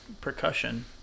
percussion